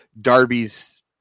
Darby's